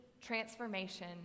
transformation